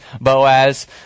Boaz